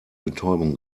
betäubung